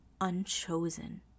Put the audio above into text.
unchosen